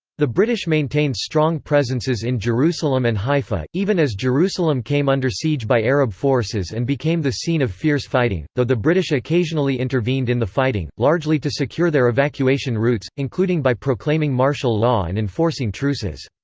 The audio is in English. the british maintained strong presences in jerusalem and haifa, even as jerusalem came under siege by arab forces and became the scene of fierce fighting, though the british occasionally intervened in the fighting, largely to secure their evacuation routes, including by proclaiming martial law and enforcing truces.